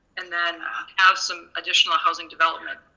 and then have some additional housing development.